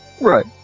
Right